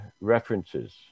references